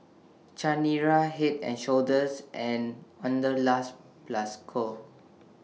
Chanira Head and Shoulders and Wanderlust Plus Co